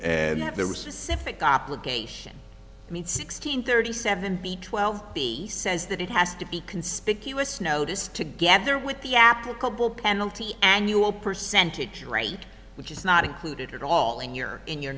and that there was specific obligation made sixteen thirty seven b twelve b says that it has to be conspicuous notice together with the applicable penalty annual percentage rate which is not included at all in your in your